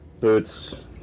boots